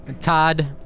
Todd